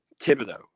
Thibodeau